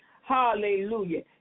Hallelujah